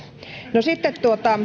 no sitten